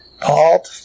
Paul